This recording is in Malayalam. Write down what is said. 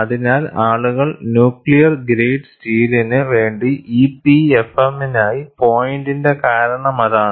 അതിനാൽ ആളുകൾ ന്യൂക്ലിയർ ഗ്രേഡ് സ്റ്റീലിന് വേണ്ടി EPFM നായി പോയതിന്റെ കാരണമതാണ്